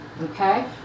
okay